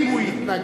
אם הוא יתנגד,